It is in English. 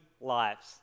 lives